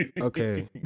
Okay